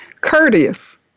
Courteous